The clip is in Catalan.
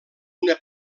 una